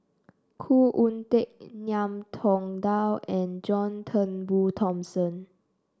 Khoo Oon Teik Ngiam Tong Dow and John Turnbull Thomson